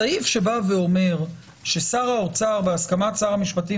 הסעיף שאומר ששר האוצר בהסכמת שר המשפטים